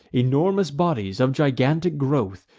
enormous bodies, of gigantic growth,